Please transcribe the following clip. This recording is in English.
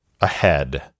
ahead